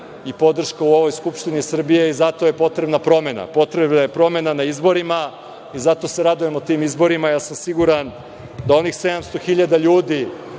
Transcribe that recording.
i podrška u ovoj Skupštini Srbije i zato je promena promena. Potrebna je promena na izborima i zato se radujemo tim izborima. Siguran sam da onih 700.000 ljudi